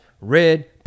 red